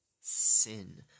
sin